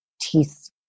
teeth